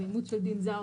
אימוץ של דין זר,